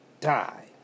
die